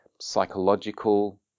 psychological